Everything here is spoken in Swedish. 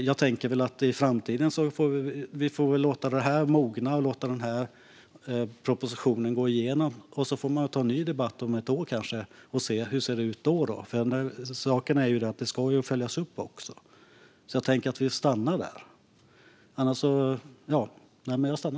Jag tänker inför framtiden att vi får låta det här mogna och låta propositionen gå igenom. Sedan får vi ta en ny debatt, kanske om ett år, och se hur det ser ut då. Det ska ju följas upp också, så jag tycker att vi stannar vid detta.